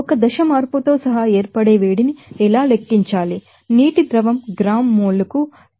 ఒకఫేజ్ change తో సహా ఏర్పడే వేడిని ఎలా లెక్కించాలి నీటి ద్రవం గ్రాము మోల్ కు 285